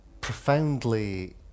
profoundly